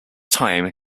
time